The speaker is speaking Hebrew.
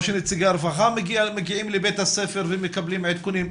שנציגי הרווחה מגיעים לבית הספר ומקבלים עדכונים?